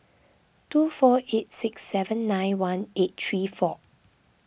two four eight six seven nine one eight three four